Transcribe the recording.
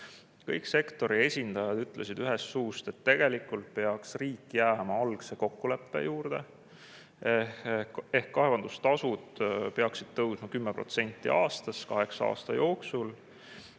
kõik sektori esindajad ütlesid ühest suust, et riik peaks jääma algse kokkuleppe juurde ehk kaevandustasud peaksid tõusma 10% aastas kaheksa aasta jooksul.